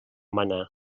manar